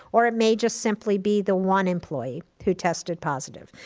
or it may just simply be the one employee who tested positive.